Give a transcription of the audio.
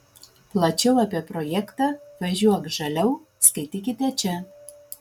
plačiau apie projektą važiuok žaliau skaitykite čia